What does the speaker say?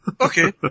Okay